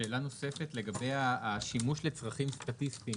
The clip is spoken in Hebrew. שאלה נוספת לגבי השימוש לצרכים סטטיסטיים.